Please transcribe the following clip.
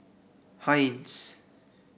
Heinz